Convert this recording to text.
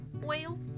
whale